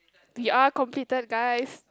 we are completed guys